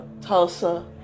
Tulsa